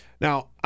Now